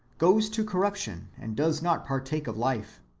goes to corruption, and does not partake of life?